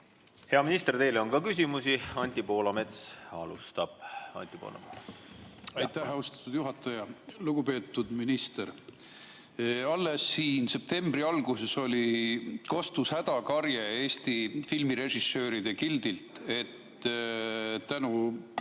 Hea minister, teile on ka küsimusi. Anti Poolamets alustab. Aitäh, austatud juhataja! Lugupeetud minister! Alles siin septembri alguses kostus hädakarje Eesti Filmirežissööride Gildilt, et